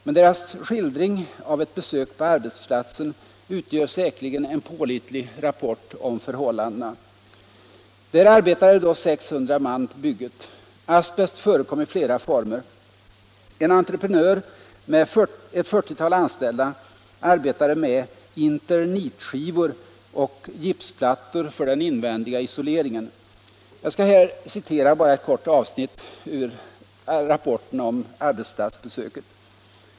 Men deras skildring av ett besök på arbetsplatsen utgör säkerligen en pålitlig rapport om förhållandena. Där arbetade då 600 man på bygget. Asbest förekom i flera former. En entreprenör med ett 40-tal anställda arbetade med Internitskivor och gipsplattor för den invändiga isoleringen. Jag skall här citera bara ett kort avsnitt ur rapporten om arbetsplatsbesöket.